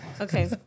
Okay